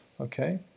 okay